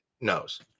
knows